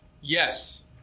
Yes